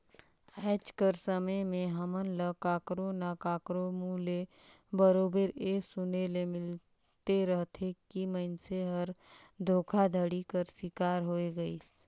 आएज कर समे में हमन ल काकरो ना काकरो मुंह ले बरोबेर ए सुने ले मिलते रहथे कि मइनसे हर धोखाघड़ी कर सिकार होए गइस